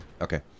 Okay